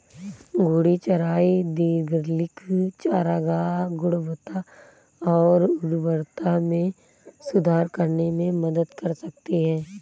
घूर्णी चराई दीर्घकालिक चारागाह गुणवत्ता और उर्वरता में सुधार करने में मदद कर सकती है